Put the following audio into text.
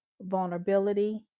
vulnerability